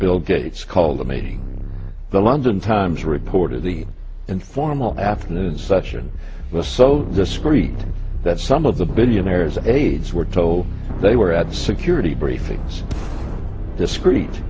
bill gates called the making of the london times reported the informal afternoon session the so discreet that some of the billionaire's aides were told they were at security briefings discreet